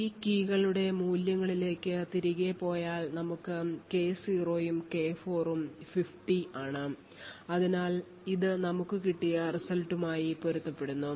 ഈ കീകളുടെ മൂല്യങ്ങളിലേക്ക് തിരികെ പോയാൽ നമുക്ക് K0 ഉം K4 50 ഉം ആണ് അതിനാൽ ഇത് നമുക്ക് കിട്ടിയ result മായി പൊരുത്തപ്പെടുന്നു